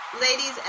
ladies